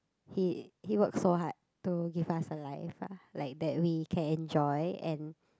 he he works so hard to give us a life lah like that we can enjoy and